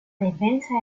defensa